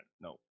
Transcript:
No